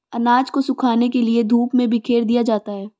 अनाज को सुखाने के लिए धूप में बिखेर दिया जाता है